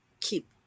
keep